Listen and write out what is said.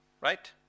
Right